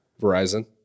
Verizon